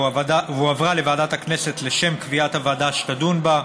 והועברה לוועדת הכנסת לשם קביעת הוועדה שתדון בה.